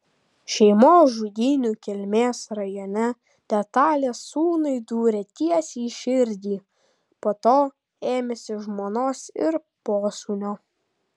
šeimos žudynių kelmės rajone detalės sūnui dūrė tiesiai į širdį po to ėmėsi žmonos ir posūnio